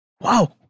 wow